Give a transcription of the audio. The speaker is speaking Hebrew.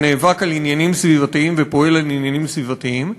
שנאבק על עניינים סביבתיים ופועל על עניינים סביבתיים,